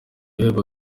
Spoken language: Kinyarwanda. ibihembo